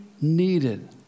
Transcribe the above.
needed